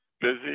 busy